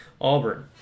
Auburn